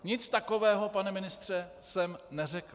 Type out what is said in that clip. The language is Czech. Nic takového, pane ministře, jsem neřekl.